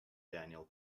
daniel